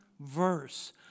verse